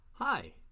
Hi